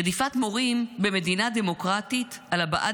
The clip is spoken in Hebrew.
רדיפת מורים במדינה דמוקרטית על הבעת